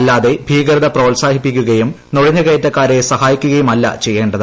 അല്ലാതെ ഭീകരത പ്രോത്സാഹിപ്പിക്കുകയും നുഴഞ്ഞു കയറ്റക്കാരെ സഹായിക്കുകയുമല്ല ചെയ്യേ ത്